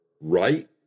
right